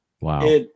wow